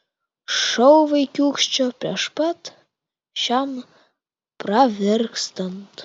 šou vaikiūkščio prieš pat šiam pravirkstant